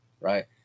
Right